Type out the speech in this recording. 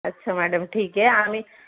अच्छा मॅडम ठीक आहे आम्ही